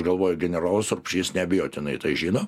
galvoju generolas rupšys neabejotinai tai žino